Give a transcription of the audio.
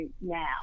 now